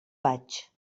vaig